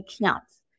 accounts